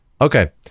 okay